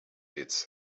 its